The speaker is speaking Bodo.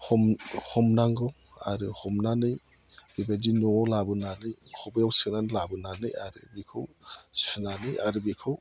हमनांगौ आरो हमनानै बेबायदि न'आव लाबोनानै खबायाव सोनानै लाबोनानै आरो बेखौ सुनानै आरो बेखौ